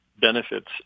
benefits